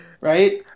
right